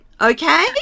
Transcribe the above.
Okay